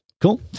Cool